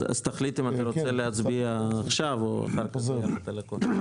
אז תחליט אם אתה רוצה להצביע עכשיו או אחר כך ביחד על הכול.